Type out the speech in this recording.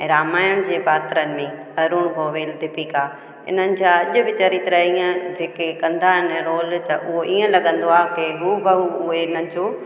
ऐं रामायण जे पात्रनि में अरूण गौविंद दीपिका इन्हनि जा अॼु बि चरित्र ईअं जेके कंदा आहिनि त रोल उहो ईअं लॻंदो आहे की हूबहू हुननि जो